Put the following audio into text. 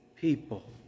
people